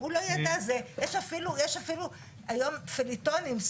זה יש אפילו היום פיליטונים,